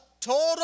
total